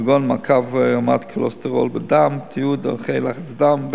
כגון מעקב רמת כולסטרול בדם ותיעוד ערכי לחץ דם,